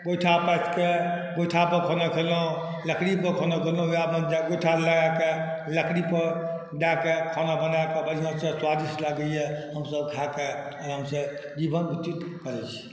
गोइठा पाथिकऽ गोइठापर खाना खेलहुँ लकड़ीपर खाना खेलहुँ वएहमे गोइठा लगाकऽ लकड़ीपर दऽ कऽ खाना बनाकऽ बढ़िआँसँ स्वादिष्ट लागैए हमसब खाकऽ आरामसँ जीवन व्यतीत करै छी